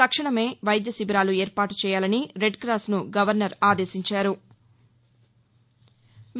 తక్షణమే వైద్య శిబిరాలు ఏర్పాటు చేయాలని రెడ్ క్రాస్ను గవర్నర్ ఆదేశించారు